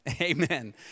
Amen